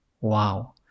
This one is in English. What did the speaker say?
Wow